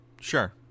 Sure